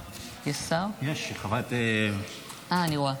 יש, שרת התחבורה.